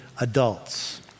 adults